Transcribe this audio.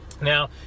Now